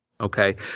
Okay